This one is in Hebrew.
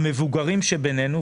המבוגרים שבינינו,